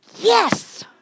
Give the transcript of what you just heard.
Yes